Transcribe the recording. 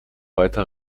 weiter